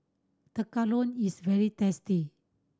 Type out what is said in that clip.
tekkadon is very tasty